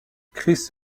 chris